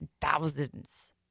thousands